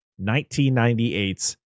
1998's